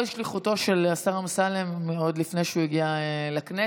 שליחותו של השר אמסלם עוד לפני שהוא הגיע לכנסת.